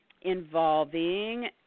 involving